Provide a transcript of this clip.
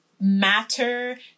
matter